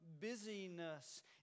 busyness